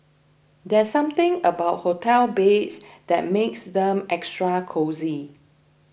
there's something about hotel beds that makes them extra cosy